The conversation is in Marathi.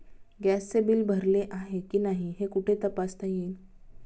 गॅसचे बिल भरले आहे की नाही हे कुठे तपासता येईल?